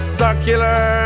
circular